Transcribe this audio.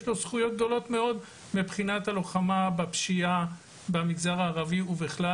יש לו זכויות גדולות מאוד מבחינת הלוחמה בפשיעה במגזר הערבי ובכלל,